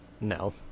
no